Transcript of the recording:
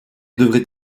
devait